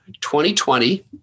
2020